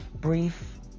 brief